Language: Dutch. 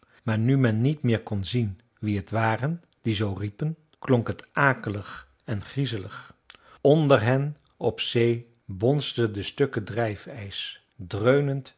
maar nu men niet meer kon zien wie t waren die zoo riepen klonk het akelig en griezelig onder hen op zee bonsden de stukken drijfijs dreunend